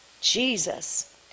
Jesus